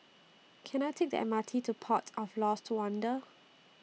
Can I Take The M R T to Port of Lost Wonder